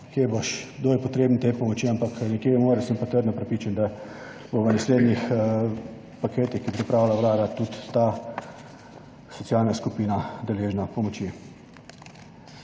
kje boš, kdo je potreben te pomoči, ampak nekje jo(?) mora, sem pa trdno prepričan, da bo v naslednjih paketih, ki jih pripravlja Vlada, tudi ta socialna skupina deležna pomoči.